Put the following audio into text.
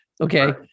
okay